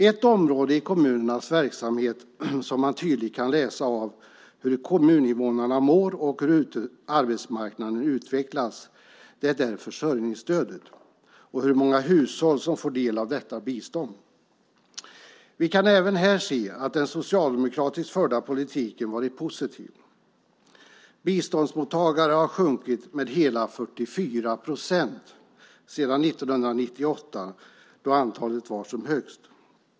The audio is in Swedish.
Ett område i kommunernas verksamhet där man tydligt kan läsa av hur kommuninvånarna mår och hur arbetsmarknaden utvecklas är försörjningsstödet och hur många hushåll som får del av detta bistånd. Vi kan även här se att den socialdemokratiskt förda politiken varit positiv. Antalet biståndsmottagare har sjunkit med hela 44 procent sedan 1998 då antalet var som högst.